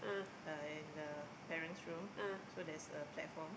uh and the parent's room so there's a platform